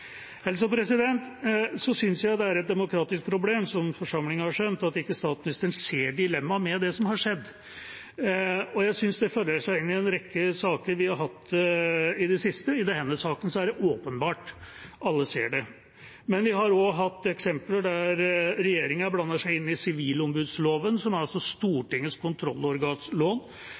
jeg at det er et demokratisk problem at statsministeren ikke ser dilemmaet med det som har skjedd, og jeg synes at det føyer seg inn i en rekke saker vi har hatt i det siste. I denne saken er det åpenbart – alle ser det – men vi har også hatt eksempler der regjeringa blander seg inn i sivilombudsloven, som altså er Stortingets